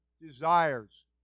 desires